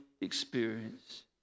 experience